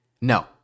No